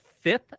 fifth